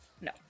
no